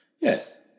Yes